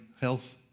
health